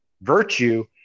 virtue